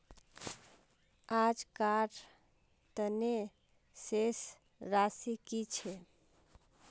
आजकार तने शेष राशि कि छे?